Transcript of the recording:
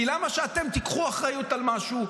כי למה שאתם תיקחו אחריות על משהו?